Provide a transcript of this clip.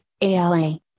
ALA